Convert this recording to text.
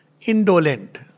Indolent